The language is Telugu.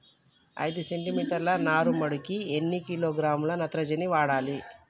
ఐదు సెంటి మీటర్ల నారుమడికి ఎన్ని కిలోగ్రాముల నత్రజని వాడాలి?